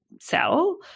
sell